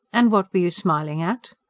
and what were you smiling at?